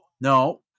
No